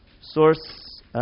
source